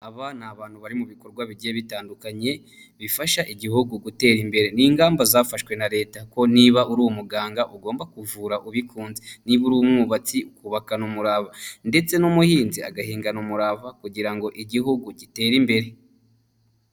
Aba ni abantu bari mu bikorwa bigiye bitandukanye bifasha igihugu gutera imbere, ni ingamba zafashwe na leta ko niba uri umuganga ugomba kuvura ubikunze, niba uri umwubatsi ukubakana umurava ndetse n'umuhinzi agahingana umurava kugira ngo igihugu gitere imbere.